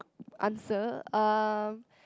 answer um